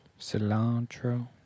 Cilantro